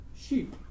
sheep